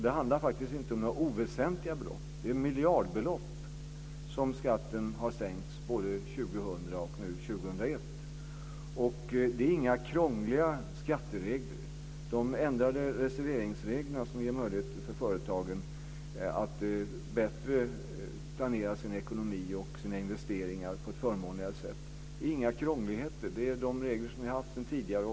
Det handlar faktiskt inte om några oväsentliga belopp. Skatten har sänkts med miljardbelopp både 2000 och nu 2001. Det är inga krångliga skatteregler. De ändrade reserveringsreglerna, som ger möjligheter för företagen att bättre planera sin ekonomi och sina investeringar på ett förmånligare sätt, är inga krångligheter. Det är de regler som vi har haft sedan tidigare.